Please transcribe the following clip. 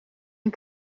een